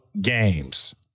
games